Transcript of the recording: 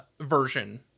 version